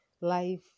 Life